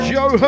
Joe